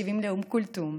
מקשיבים לאום כולתום,